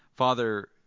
Father